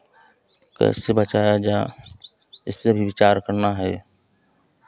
कैसे बचाया जाय इसपे भी विचार करना है